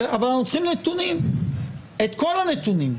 אנחנו צריכים נתונים, את כל הנתונים.